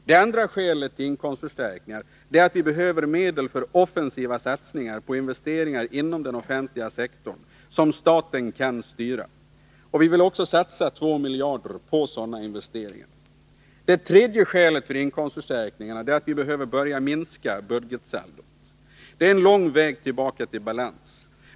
Det andra skälet till inkomstförstärkningar är att vi behöver medel för offensiva satsningar på investeringar inom den offentliga sektorn, den sektor som staten kan styra. Vi vill satsa 2 miljarder på sådana investeringar. Det tredje skälet för inkomstförstärkningarna är att vi behöver börja för att förstärka minska budgetsaldot. Det är en lång väg tillbaka till balans.